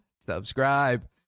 subscribe